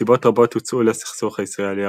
סיבות רבות הוצעו לסכסוך הישראלי–ערבי.